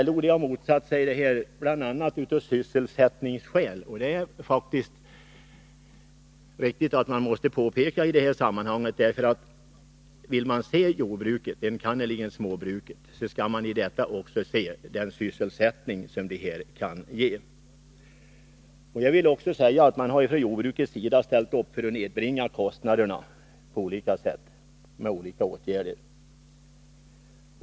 LO har motsatt sig detta bl.a. av sysselsättningsskäl. Det är faktiskt viktigt att påpeka detta i sammanhanget, därför att om man vill se jordbruket, enkannerligen småbruket, skall man i det också se den sysselsättning som det kan ge. Från jordbrukets sida har man också ställt upp för att nedbringa kostnaderna på olika sätt med olika åtgärder.